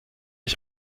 ich